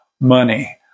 money